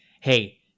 hey